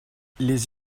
les